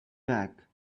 back